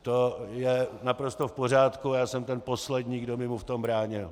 To je naprosto v pořádku a já jsem ten poslední, kdo by mu v tom bránil.